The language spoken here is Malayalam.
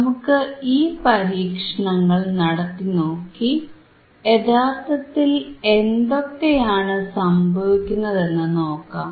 നമുക്ക് ഈ പരീക്ഷണങ്ങൾ നടത്തിനോക്കി യഥാർത്ഥത്തിൽ എന്തൊക്കെയാണ് സംഭവിക്കുന്നതെന്നു നോക്കാം